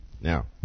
Now